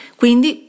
quindi